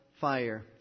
fire